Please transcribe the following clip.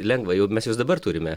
lengva jau mes juos dabar turime